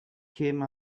came